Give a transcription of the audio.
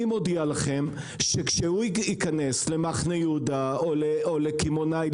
אני מודיע לכם שכשהוא ייכנס למחנה יהודה או לקמעונאי,